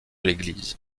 l’église